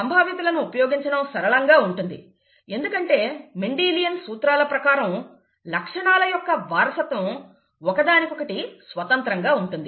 సంభావ్యతలను ఉపయోగించడం సరళంగా ఉంటుంది ఎందుకంటే మెండిలియన్ సూత్రాల ప్రకారం లక్షణాల యొక్క వారసత్వం ఒకదానికొకటి స్వతంత్రంగా ఉంటుంది